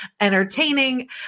entertaining